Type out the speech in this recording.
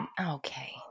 okay